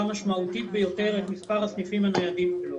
משמעותית ביותר את מספר הסניפים הניידים שלו.